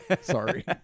Sorry